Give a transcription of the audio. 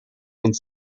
und